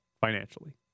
financially